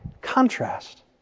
contrast